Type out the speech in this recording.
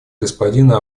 господина